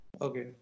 Okay